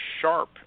sharp